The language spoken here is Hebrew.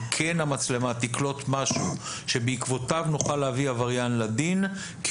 כן המצלמה תקלוט משהו שבעקבותיו נוכל להביא עבריין לדין כי